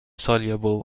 soluble